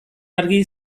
argi